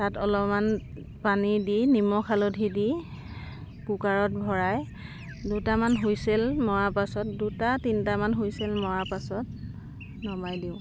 তাত অলপমান পানী দি নিমখ হালধি দি কুকাৰত ভৰাই দুটামান হুইচেল মৰা পাছত দুটা তিনিটামান হুইচেল মৰাৰ পাছত নমাই দিওঁ